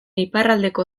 iparraldeko